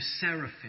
seraphim